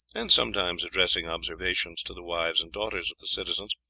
and sometimes addressing observations to the wives and daughters of the citizens,